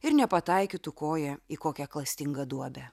ir nepataikytų koja į kokią klastingą duobę